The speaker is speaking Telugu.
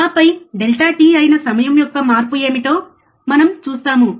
ఆపై డెల్టా t అయిన సమయం యొక్క మార్పు ఏమిటో మనం చూస్తాము